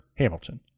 hamilton